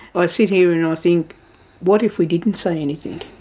ah i sit here and i think what if we didn't say anything,